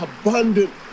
abundant